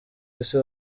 isi